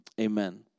Amen